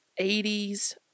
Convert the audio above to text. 80s